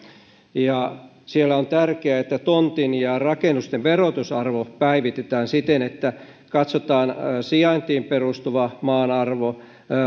siinä on tärkeää että tontin ja rakennusten verotusarvo päivitetään siten että katsotaan sijaintiin perustuva maan arvo